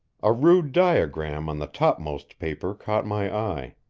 a rude diagram on the topmost paper caught my eye.